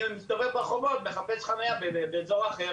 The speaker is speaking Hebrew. אני מסתובב ברחובות ומחפש חנייה באזור אחר